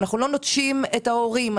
אנחנו לא נוטשים את ההורים,